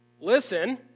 listen